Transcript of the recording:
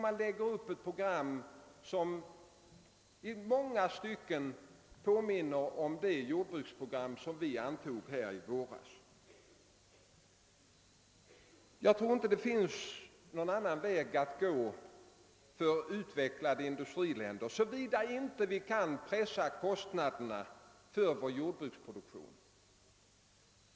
Man lägger upp ett program som i många stycken påminner om det jordbruksprogram som vi antog här i våras. Jag tror inte det finns någon annan väg att gå för utvecklade industriländer, såvida vi inte kan pressa kostnaderna för vår jordbruksproduktion.